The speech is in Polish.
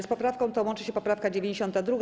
Z poprawką tą łączy się poprawka 92.